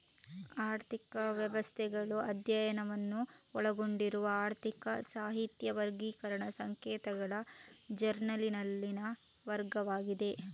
ಆರ್ಥಿಕ ವ್ಯವಸ್ಥೆಗಳು ಅಧ್ಯಯನವನ್ನು ಒಳಗೊಂಡಿರುವ ಆರ್ಥಿಕ ಸಾಹಿತ್ಯ ವರ್ಗೀಕರಣ ಸಂಕೇತಗಳ ಜರ್ನಲಿನಲ್ಲಿನ ವರ್ಗವಾಗಿದೆ